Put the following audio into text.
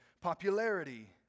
popularity